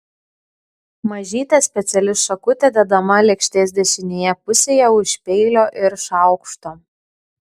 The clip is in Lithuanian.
mažytė speciali šakutė dedama lėkštės dešinėje pusėje už peilio ir šaukšto